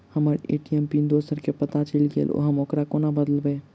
हम्मर ATM pin दोसर केँ पत्ता चलि गेलै, हम ओकरा कोना बदलबै?